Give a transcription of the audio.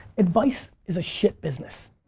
advice is a shit business.